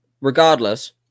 Regardless